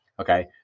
okay